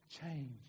change